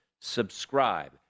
subscribe